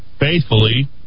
Faithfully